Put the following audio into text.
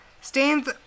Stains